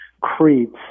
creeps